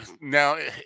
now